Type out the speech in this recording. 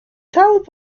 talk